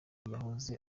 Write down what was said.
yahoze